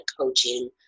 coaching